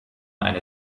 eine